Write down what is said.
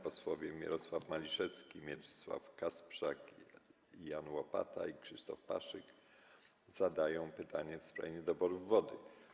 Posłowie Mirosław Maliszewski, Mieczysław Kasprzak, Jan Łopata i Krzysztof Paszyk zadają pytanie w sprawie niedoboru wody.